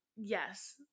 yes